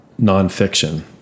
nonfiction